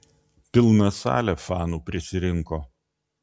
pilna salė fanų prisirinko